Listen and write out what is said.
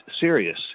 serious